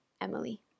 emily